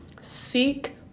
Seek